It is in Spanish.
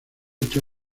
dicha